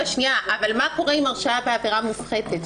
מה קורה עם הרשעה בעבירה מופחתת?